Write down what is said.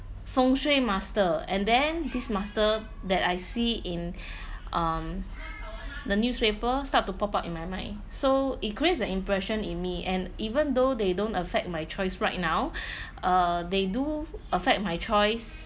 feng shui master and then this master that I see in um the newspaper start to pop up in my mind so it creates the impression in me and even though they don't affect my choice right now uh they do affect my choice